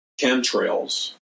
chemtrails